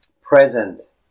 present